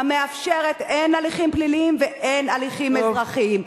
המאפשרת הן הליכים פלילים והן הליכים אזרחיים.